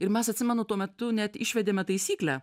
ir mes atsimenu tuo metu net išvedėme taisyklę